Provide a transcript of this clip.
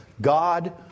God